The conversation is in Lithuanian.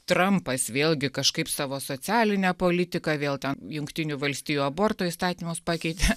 trampas vėlgi kažkaip savo socialinę politiką vėl ten jungtinių valstijų aborto įstatymus pakeitė